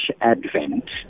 advent